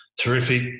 terrific